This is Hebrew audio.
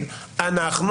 "אנחנו,